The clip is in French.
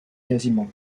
quasiment